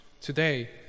today